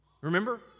Remember